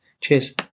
Cheers